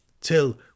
till